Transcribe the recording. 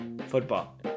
football